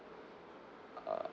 err